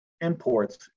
Imports